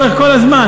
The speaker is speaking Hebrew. דנים לאורך כל הזמן.